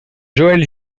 joël